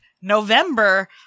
November